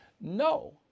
No